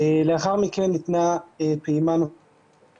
לאחר מכן ניתנה פעימה נוספת